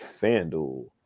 FanDuel